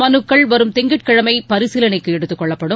மனுக்கள் வரும் திங்கட்கிழமை பரிசீலனைக்கு எடுத்துக் கொள்ளப்படும்